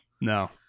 No